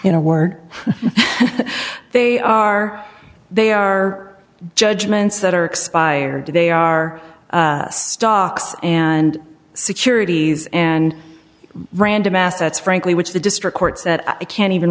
in a word they are they are judgments that are expired today are stocks and securities and random assets frankly which the district courts that i can't even